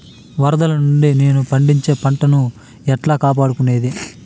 వరదలు నుండి నేను పండించే పంట ను ఎట్లా కాపాడుకునేది?